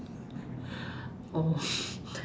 oh